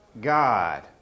God